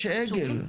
יש עגל.